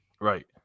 Right